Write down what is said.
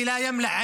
תודה רבה,